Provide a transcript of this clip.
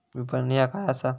विपणन ह्या काय असा?